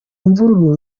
mvururu